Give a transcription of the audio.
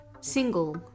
single